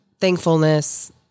thankfulness